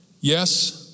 yes